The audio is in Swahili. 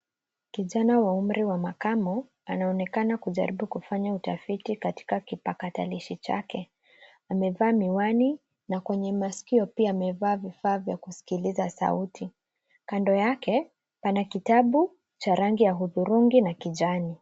Kijana wa umri wa makamo anaonekana kujaribu kufanya utafiti katika kipakatalishi chake. Amevaa miwani na kwenye masikio pia amevaa vifaa vya kusikiliza sauti. Kando yake ana kitabu cha rangi ya hudhurungi na kijani.